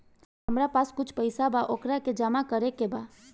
हमरा पास कुछ पईसा बा वोकरा के जमा करे के बा?